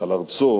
על ארצו,